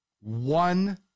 one